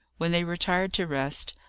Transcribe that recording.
when they retired to rest,